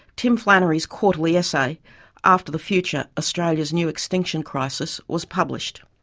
tim flannery's quarterly essay after the future, australia's new extinction crisis', was published,